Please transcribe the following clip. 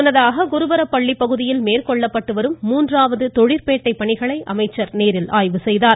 முன்னதாக குருபரபள்ளி பகுதியில் மேற்கொள்ளப்பட்டு வரும் மூன்றாவத தொழிற்பேட்டை பணிகளை அமைச்சர் நேரில் ஆய்வு செய்தார்